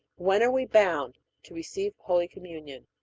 when are we bound to receive holy communion?